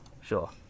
Sure